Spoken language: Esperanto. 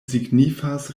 signifas